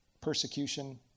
persecution